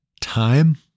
time